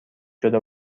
شده